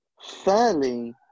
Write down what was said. fairly